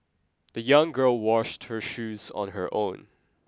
the young girl washed her shoes on her own